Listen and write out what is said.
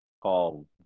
called